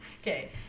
Okay